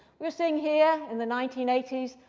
we're seeing here in the nineteen eighty s,